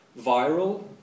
viral